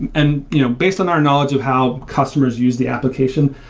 and you know based on our knowledge of how customers use the application,